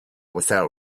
without